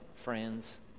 friends